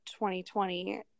2020